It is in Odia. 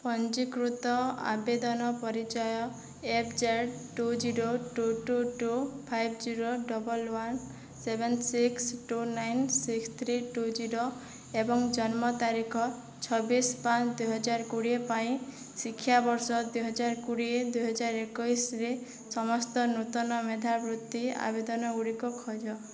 ପଞ୍ଜୀକୃତ ଆବେଦନ ପରିଚୟ F Z two zero two two two five zero double one seven six two nine six three two zero ଏବଂ ଜନ୍ମ ତାରିଖ ଛବିଶି ପାଞ୍ଚ ଦୁଇହଜାରକୋଡ଼ିଏ ପାଇଁ ଶିକ୍ଷାବର୍ଷ ଦୁଇହଜାରକୋଡ଼ିଏ ଦୁଇହଜାରଏକୋଇଶିରେ ସମସ୍ତ ନୂତନ ମେଧାବୃତ୍ତି ଆବେଦନ ଗୁଡ଼ିକ ଖୋଜ